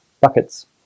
buckets